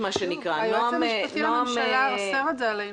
היועץ המשפטי לממשלה אוסר את זה עלינו.